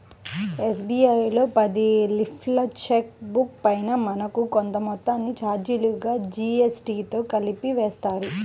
SBI లో పది లీఫ్ల చెక్ బుక్ పైన మనకు కొంత మొత్తాన్ని చార్జీలుగా జీఎస్టీతో కలిపి వేస్తారు